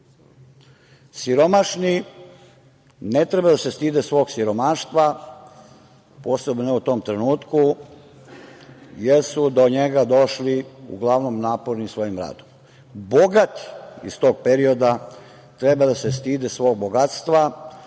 Siromašni ne treba da se stide svog siromaštva, posebno ne u tom trenutku, jer su do njega došli uglavnom napornim svojim radom. Bogati iz tog perioda treba da se stide svog bogatstva